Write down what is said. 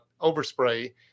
overspray